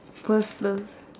personal